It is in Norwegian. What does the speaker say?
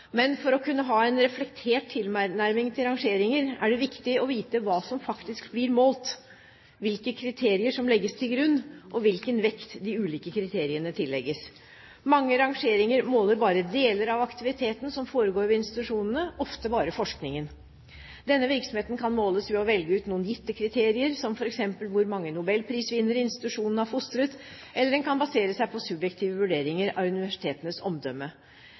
Men for å kunne ha en reflektert tilnærming til rangeringer er det viktig å vite hva som faktisk blir målt, hvilke kriterier som legges til grunn, og hvilken vekt de ulike kriteriene tillegges. Mange rangeringer måler bare deler av aktiviteten som foregår ved institusjonene – ofte bare forskningen. Denne virksomheten kan måles ved å velge ut noen gitte kriterier, som f.eks. hvor mange nobelprisvinnere institusjonen har fostret, eller en kan basere seg på subjektive vurderinger av universitetenes omdømme.